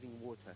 water